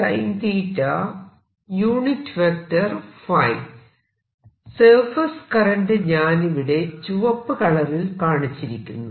surface current ഞാനിവിടെ ചുവപ്പ് കളറിൽ കാണിച്ചിരിക്കുന്നു